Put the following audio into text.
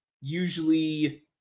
usually